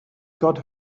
got